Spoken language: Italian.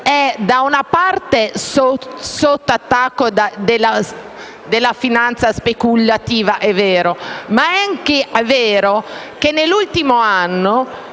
italiano è sotto attacco della finanza speculativa, ma è anche vero che nell'ultimo anno